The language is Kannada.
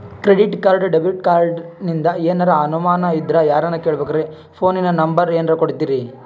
ಕ್ರೆಡಿಟ್ ಕಾರ್ಡ, ಡೆಬಿಟ ಕಾರ್ಡಿಂದ ಏನರ ಅನಮಾನ ಇದ್ರ ಯಾರನ್ ಕೇಳಬೇಕ್ರೀ, ಫೋನಿನ ನಂಬರ ಏನರ ಕೊಡ್ತೀರಿ?